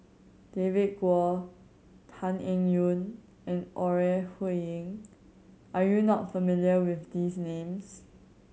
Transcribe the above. David Kwo Tan Eng Yoon and Ore Huiying are you not familiar with these names